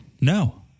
No